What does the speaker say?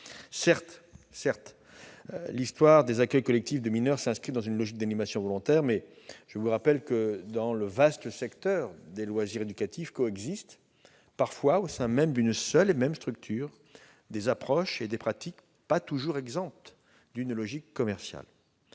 Certes, l'histoire des accueils collectifs de mineurs s'inscrit dans une logique d'animation volontaire. Mais je vous rappelle que, dans le vaste secteur des loisirs éducatifs, coexistent, parfois au sein d'une seule et même structure, des approches et des pratiques qui ne sont pas toujours exemptes d'une logique commerciale.